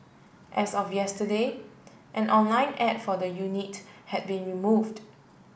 as of yesterday an online ad for the unit had been removed